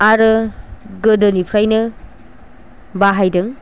आरो गोदोनिफ्रायनो बाहायदों